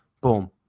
boom